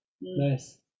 Nice